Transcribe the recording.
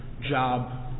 job